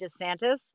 DeSantis